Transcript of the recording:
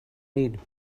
need